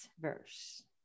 verse